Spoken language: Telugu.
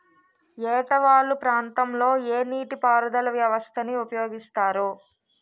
ఏట వాలు ప్రాంతం లొ ఏ నీటిపారుదల వ్యవస్థ ని ఉపయోగిస్తారు?